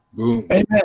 Amen